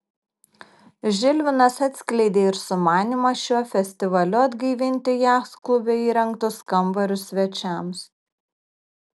žilvinas atskleidė ir sumanymą šiuo festivaliu atgaivinti jachtklube įrengtus kambarius svečiams